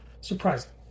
surprising